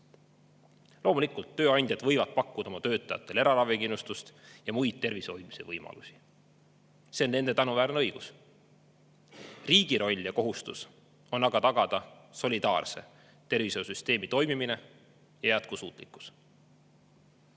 Loomulikult, tööandjad võivad pakkuda oma töötajatele eraravikindlustust ja muid tervise hoidmise võimalusi. See on nende tänuväärne õigus. Riigi roll ja kohustus on aga tagada solidaarse tervishoiusüsteemi toimimine ja jätkusuutlikkus.